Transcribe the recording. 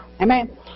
Amen